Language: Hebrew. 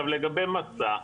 לגבי מסע,